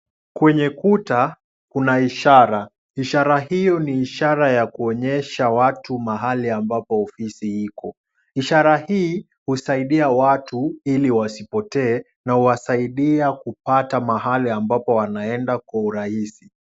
Kwenye kuta kuna ishara. Ishara hio ni ishara ya kuonyesha watu mahali ambapo ofisi iko. Ishara hii husaidia watu ili wasipotee na huwasaidia kupata mahali ambapo wanaenda kwa urahisi.